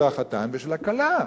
של החתן ושל הכלה.